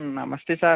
నమస్తే సార్